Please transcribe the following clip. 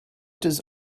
does